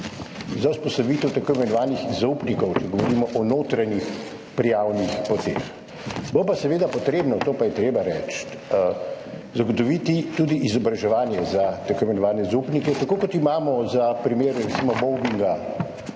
za vzpostavitev tako imenovanih zaupnikov, če govorimo o notranjih prijavnih poteh. Bo pa seveda potrebno, to pa je treba reči, zagotoviti tudi izobraževanje za tako imenovane zaupnike, tako kot imamo recimo za primer mobinga